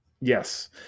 Yes